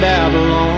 Babylon